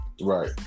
Right